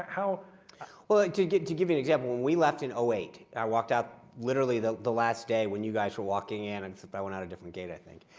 how well, to give to give you an example, when we left in um eight, i walked out literally the the last day, when you guys were walking in, except and so but i went out a different gate, i think.